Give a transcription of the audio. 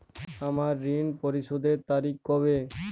আমার ঋণ পরিশোধের তারিখ কবে?